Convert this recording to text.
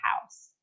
house